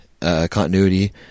Continuity